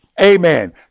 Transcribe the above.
amen